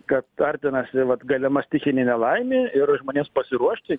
kad artinasi vat galima stichinė nelaimė ir žmonėms pasiruošti